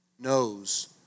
knows